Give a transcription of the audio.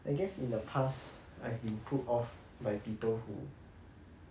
I guess in the past I have been put off by people who